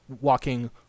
walking